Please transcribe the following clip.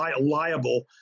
liable